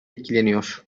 etkileniyor